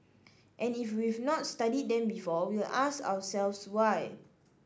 and if we've not studied them before we'll ask ourselves why